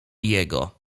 jego